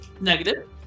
Negative